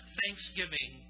thanksgiving